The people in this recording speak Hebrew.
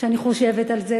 כשאני חושבת על זה,